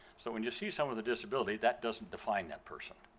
so when you see someone with a disability, that doesn't define that person.